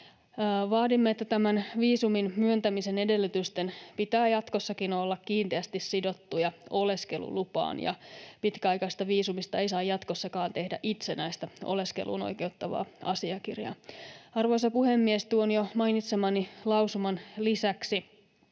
Vaadimme, että tämän viisumin myöntämisen edellytysten pitää jatkossakin olla kiinteästi sidottuja oleskelulupaan, ja pitkäaikaisesta viisumista ei saa jatkossakaan tehdä itsenäistä oleskeluun oikeuttavaa asiakirjaa. Arvoisa puhemies! Tuon jo mainitsemani lausuman lisäksi